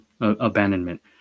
abandonment